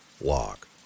lock